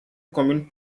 commune